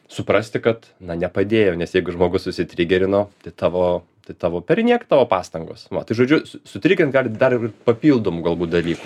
suprasti kad na nepadėjo nes jeigu žmogus susitrigerino tavo tai tavo perniek tavo pastangos nu va tai žodžiu su sutrigerint gal dar ir papildomų galbūt dalykų